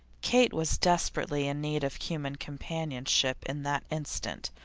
kate was desperately in need of human companionship in that instant,